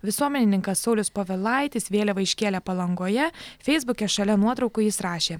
visuomenininkas saulius povilaitis vėliavą iškėlė palangoje feisbuke šalia nuotraukų jis rašė